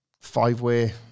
five-way